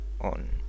on